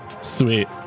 Sweet